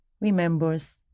remembers